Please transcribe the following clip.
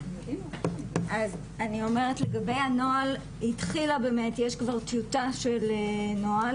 מנהל תחום פ"א נוער